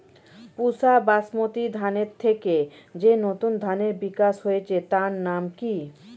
পুসা বাসমতি ধানের থেকে যে নতুন ধানের বিকাশ হয়েছে তার নাম কি?